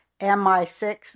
MI6